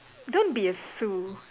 don't be a Sue